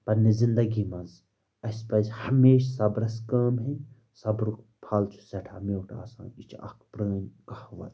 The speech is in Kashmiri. پنٛنہِ زندگی منٛز اَسہِ پَزِ ہمیشہٕ صبرس کٲم ہیٚنۍ صبرُک پھل چھُ سٮ۪ٹھاہ میوٗٹھ آسان یہِ چھِ اَکھ پرٛٲنۍ کَہوَت